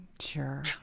Sure